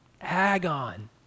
agon